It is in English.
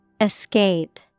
Escape